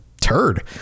turd